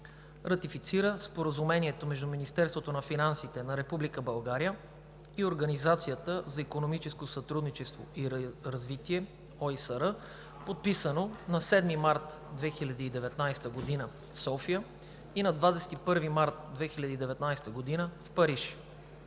Ратифицира Споразумението между Министерството на финансите на Република България и Организацията за икономическо сътрудничество и развитие (ОИСР), подписано на 7 март 2019 г. в София и на 21 март 2019 г. в Париж.